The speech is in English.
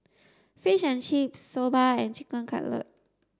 Fish and Chips Soba and Chicken Cutlet